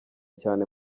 cyane